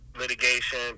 litigation